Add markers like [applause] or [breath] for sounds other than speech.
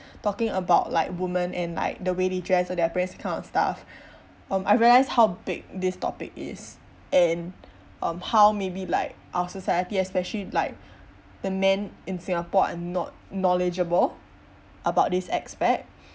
[breath] talking about like woman and like the way dress and their appearance kind of stuff [breath] um I realise how big this topic is and um how maybe like our society especially like the men in singapore are not knowledgeable about this aspect